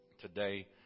today